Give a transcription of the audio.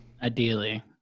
ideally